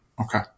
Okay